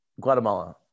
Guatemala